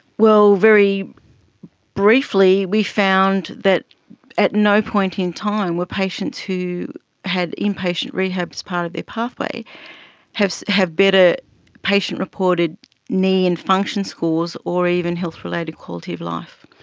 well, very briefly we found that at no point in time were patients who had inpatient rehab as part of their pathway have have better patient-reported knee and function scores or even health-related quality of life.